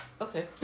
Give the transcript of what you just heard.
Okay